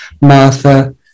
Martha